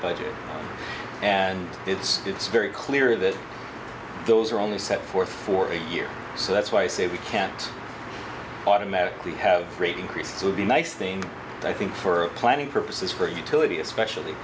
budget and it's it's very clear that those are only set forth for a year so that's why i say we can't automatically have rate increases would be nice thing i think for planning purposes for utility especially